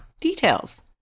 details